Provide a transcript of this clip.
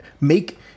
make